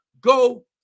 Go